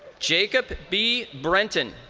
jacob b. brenton.